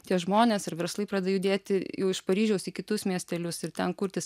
tie žmonės ir verslai pradeda judėti iš paryžiaus į kitus miestelius ir ten kurtis